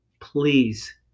Please